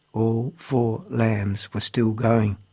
all four lambs were still going.